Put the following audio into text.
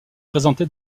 présenté